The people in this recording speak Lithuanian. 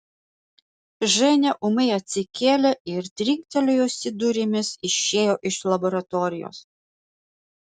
ženia ūmai atsikėlė ir trinktelėjusi durimis išėjo iš laboratorijos